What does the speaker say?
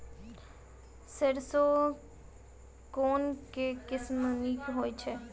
सैरसो केँ के किसिम नीक होइ छै?